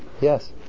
Yes